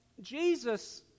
Jesus